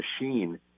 machine